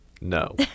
No